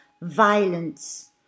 violence